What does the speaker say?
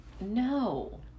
No